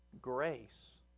grace